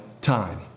time